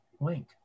link